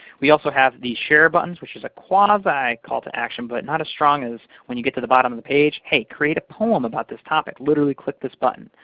we also have the share button, which is a quasi call to action, but not as strong as when you get to the bottom of the page. hey, create a poem about this topic. literally, click this button.